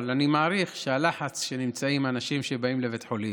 אבל אני מעריך שהלחץ שבו נמצאים אנשים שבאים לבית חולים,